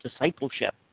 discipleship